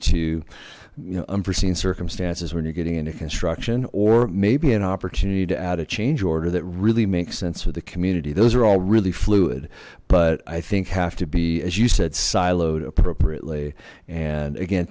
unforeseen circumstances when you're getting into construction or maybe an opportunity to add a change order that really makes sense for the community those are all really fluid but i think have to be as you said siloed appropriately and again